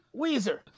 Weezer